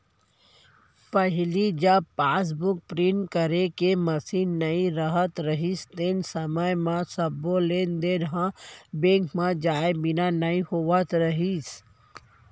पहिली जब passbook print करे के मसीन नइ रहत रहिस तेन समय म सबो लेन देन ह बेंक म जाए बिना नइ होवत रहिस